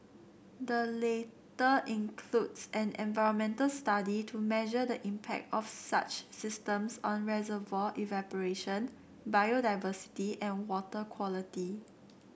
the latter includes an environmental study to measure the impact of such systems on reservoir evaporation biodiversity and water quality